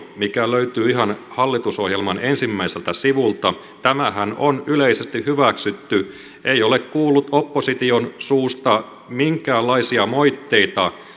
mikä löytyy ihan hallitusohjelman ensimmäiseltä sivulta on yleisesti hyväksytty ei ole kuulunut opposition suusta minkäänlaisia moitteita